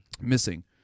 missing